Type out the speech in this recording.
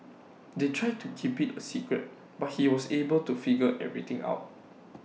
they tried to keep IT A secret but he was able to figure everything out